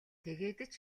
тэгээд